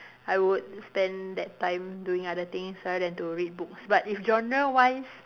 I would spend that time doing other things rather than to read books but if genre wise